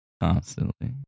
Constantly